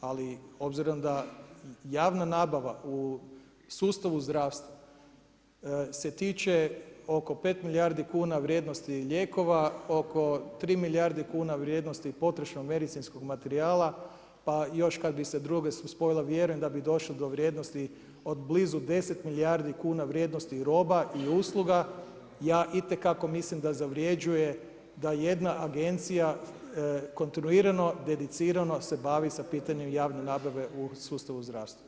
Ali, obzirom da javna nabava u sustavu zdravstva se tiče oko 5 milijardi kn, vrijednosti lijekova, oka 3 milijarde kn, vrijednosti potrošnog medicinskog materijala, pa još kad bi se druge spojile vjerujem da bi došle do vrijednosti od blizu 10 milijardi kn roba i usluga, ja itekako mislim da zavrjeđuje da jedna agencija, kontinuirano, dedicirano se bavi sa pitanjem javne nabave u sustavu zdravstva.